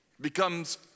Becomes